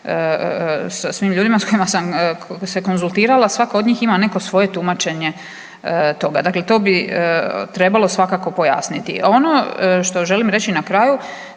sa svim ljudima s kojim sam se konzultirala svako od njih ima neko svoje tumačenje toga. Dakle, to bi trebalo svakako pojasniti. Ono što želim reći na kraju,